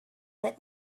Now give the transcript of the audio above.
let